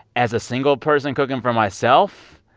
as a single person cooking for myself,